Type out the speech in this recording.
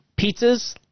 pizzas